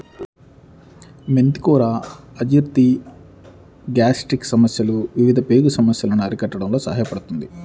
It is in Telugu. మెంతి కూర అజీర్తి, గ్యాస్ట్రిక్ సమస్యలు, వివిధ పేగు సమస్యలను అరికట్టడంలో సహాయపడుతుంది